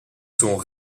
sont